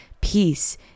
peace